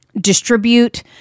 distribute